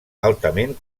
altament